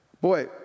Boy